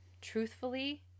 Truthfully